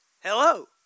Hello